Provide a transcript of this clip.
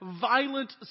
violent